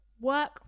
work